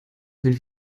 fünf